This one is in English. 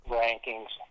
rankings